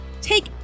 Take